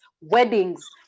weddings